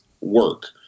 work